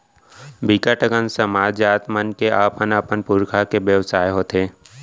बिकट अकन समाज, जात मन के अपन अपन पुरखा के बेवसाय हाथे